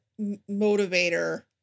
motivator